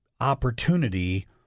opportunity